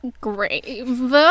grave